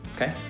okay